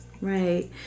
Right